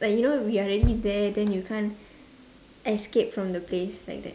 like you know we are already there then you can't escape from the place like that